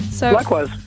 Likewise